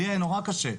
לי היה נורא קשה.